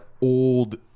old